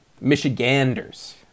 michiganders